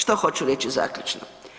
Što hoću reći zaključno?